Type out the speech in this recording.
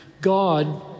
God